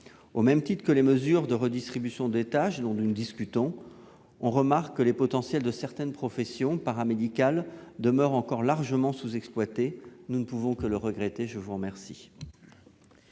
Au même titre que les mesures de redistribution de tâches dont nous discutons, on remarque que les potentiels de certaines professions paramédicales demeurent largement sous-exploités. Nous ne pouvons que le regretter. L'amendement